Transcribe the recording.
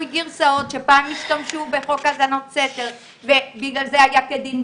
גרסאות שפעם השתמשו בחוק האזנות סתר ובגלל זה היה כדין,